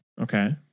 Okay